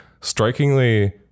strikingly